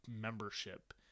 membership